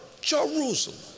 Jerusalem